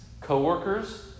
co-workers